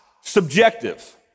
subjective